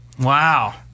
Wow